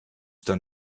dann